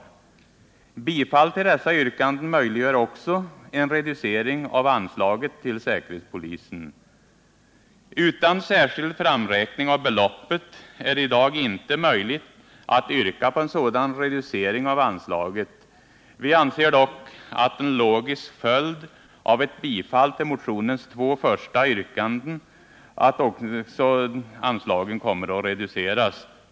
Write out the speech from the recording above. Ett bifall till dessa yrkanden möjliggör också en reducering av anslaget till säkerhetspolisen. Utan särskild framräkning av beloppet är det i dag inte möjligt att yrka på en sådan reducering av anslaget. Vi anser det dock vara en logisk följd av ett bifall till motionens två första yrkanden att också anslaget reduceras.